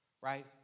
right